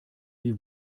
wie